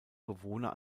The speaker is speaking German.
bewohner